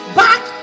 back